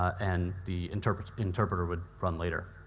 and the interpreter interpreter would run later.